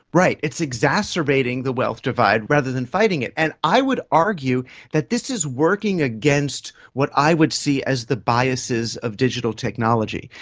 right, it's exacerbating the wealth divide rather than fighting it. and i would argue that this is working against what i would see as the biases of digital technology,